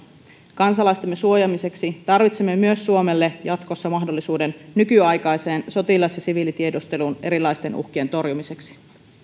kansalaistemme suojaamiseksi tarvitsemme myös suomelle jatkossa mahdollisuuden nykyaikaiseen sotilas ja siviilitiedusteluun erilaisten uhkien torjumiseksi